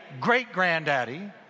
great-granddaddy